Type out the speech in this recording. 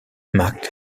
mac